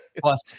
Plus